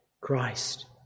Christ